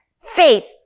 faith